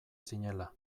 zinela